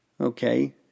okay